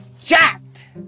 jacked